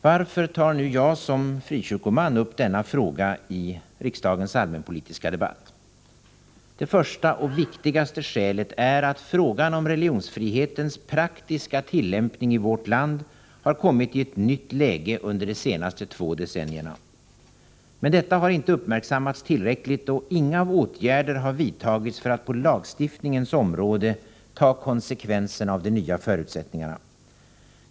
Varför tar nu jag som frikyrkoman upp denna fråga i riksdagens allmänpolitiska debatt? Det första och viktigaste skälet är att frågan om religionsfrihetens praktiska tillämpning i vårt land har kommit i ett nytt läge under de senaste två decennierna. Men detta har inte uppmärksammats tillräckligt, och inga åtgärder har vidtagits för att på lagstiftningens område ta konsekvenserna av de nya förutsättningarna.